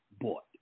bought